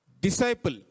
disciple